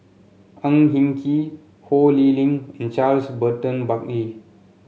Ang Hin Kee Ho Lee Ling and Charles Burton Buckley